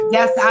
Yes